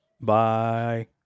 bye